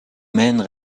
men